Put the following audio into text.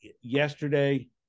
yesterday